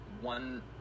one